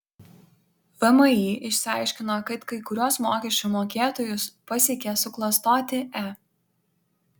vmi išsiaiškino kad kai kuriuos mokesčių mokėtojus pasiekė suklastoti e